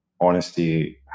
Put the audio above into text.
honesty